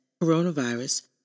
coronavirus